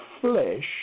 flesh